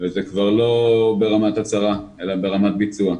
וזה כבר לא ברמת הצהרה אלא ברמת ביצוע,